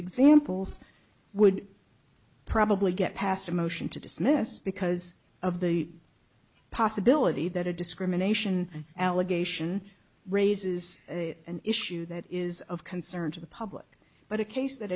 examples would probably get passed a motion to dismiss because of the possibility that a discrimination allegation raises an issue that is of concern to the public but a case that